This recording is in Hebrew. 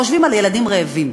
חושבים על ילדים רעבים.